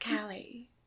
Callie